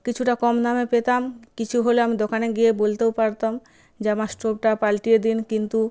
কিছুটা কম দামে পেতাম কিছু হলে আমি দোকানে গিয়ে বলতেও পারতাম যে আমার স্টোভটা পালটিয়ে দিন কিন্তু